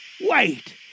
Wait